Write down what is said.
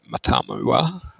Matamua